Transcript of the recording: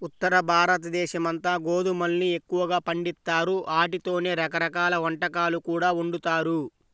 ఉత్తరభారతదేశమంతా గోధుమల్ని ఎక్కువగా పండిత్తారు, ఆటితోనే రకరకాల వంటకాలు కూడా వండుతారు